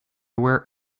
were